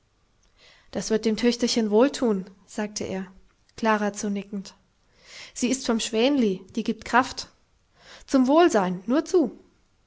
das wird dem töchterchen wohltun sagte er klara zunickend sie ist vom schwänli die gibt kraft zum wohlsein nur zu